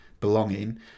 belonging